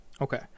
Okay